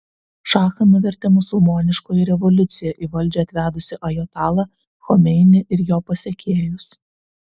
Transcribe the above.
šachą nuvertė musulmoniškoji revoliucija į valdžią atvedusi ajatolą chomeinį ir jo pasekėjus